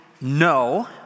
no